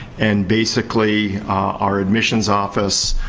and, basically, our admissions office